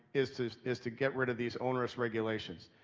is to is to get rid of these onerous regulations.